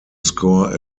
score